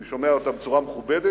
אני שומע אותם בצורה מכובדת.